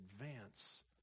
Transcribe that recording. advance